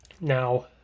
Now